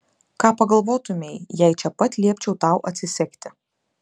ką pagalvotumei jei čia pat liepčiau tau atsisegti